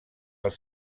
els